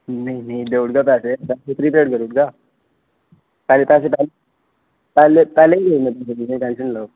नेईं नेईं दऊ उड़गा पैसे पैहले ही देई उड़ने में तुसेंगी टेंशन नी लैओ